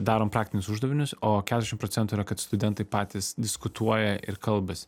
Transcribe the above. darom praktinius uždavinius o keturiasdešim procentų yra kad studentai patys diskutuoja ir kalbasi